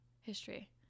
history